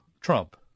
Trump